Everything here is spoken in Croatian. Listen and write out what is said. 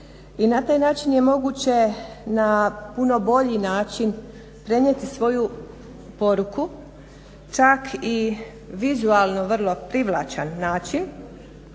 i na taj način je moguće na puno bolji način prenijeti svoju poruku čak i vizualno vrlo privlačan način,